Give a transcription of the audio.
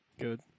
Good